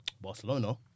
Barcelona